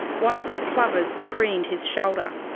one of the plovers preened his shoulder.